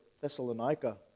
Thessalonica